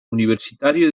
universitario